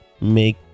make